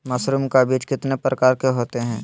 Mushroom का बीज कितने प्रकार के होते है?